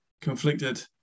conflicted